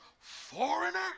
foreigner